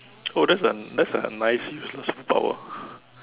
oh that's a that's a nice useless superpower